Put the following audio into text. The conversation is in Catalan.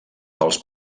pels